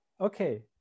Okay